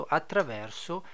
attraverso